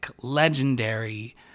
legendary